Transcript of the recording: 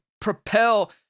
propel